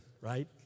right